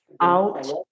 out